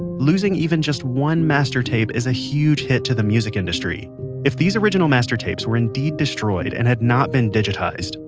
losing even just one master tape is a huge hit to the music industry if these original master tapes were indeed destroyed, and had not been digitized,